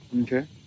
Okay